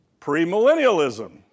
premillennialism